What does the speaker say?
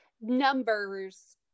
numbers